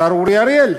השר אורי אריאל,